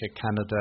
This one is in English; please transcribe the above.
Canada